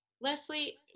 Leslie